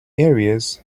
areas